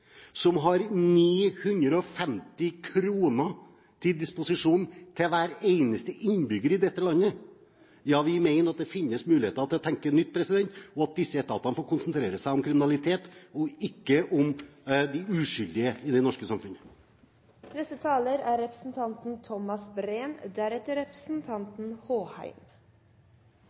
som har 950 kr til disposisjon til hver eneste innbygger i dette landet. Ja, vi mener at det finnes muligheter til å tenke nytt, og at disse etatene får konsentrere seg om kriminalitet og ikke om de uskyldige i det norske samfunnet.